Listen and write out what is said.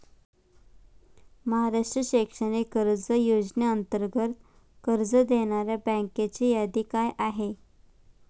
महाराष्ट्र शैक्षणिक कर्ज योजनेअंतर्गत कर्ज देणाऱ्या बँकांची यादी काय आहे?